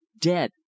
dead